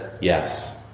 yes